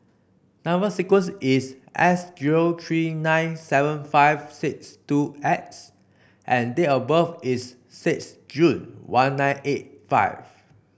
number sequence is S zero three nine seven five six two X and date of birth is six June one nine eight five